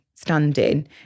standing